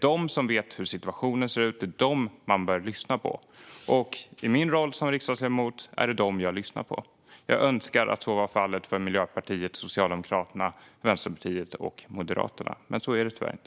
De vet hur situationen ser ut, och dem bör man lyssna på. I min roll som riksdagsledamot är det dem jag lyssnar på. Jag önskar att så vore fallet även för Miljöpartiet, Socialdemokraterna, Vänsterpartiet och Moderaterna. Men så är det tyvärr inte.